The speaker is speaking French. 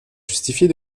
justifier